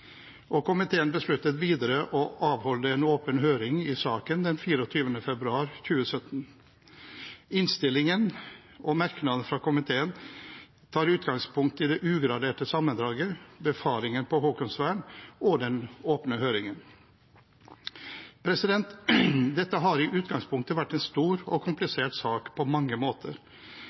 og komiteen besluttet videre å avholde en åpen høring i saken 24. februar 2017. Innstillingen og merknadene fra komiteen tar utgangspunkt i det ugraderte sammendraget, befaringen på Haakonsvern og den åpne høringen. Dette har i utgangspunktet vært en stor og komplisert sak på mange måter,